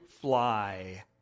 fly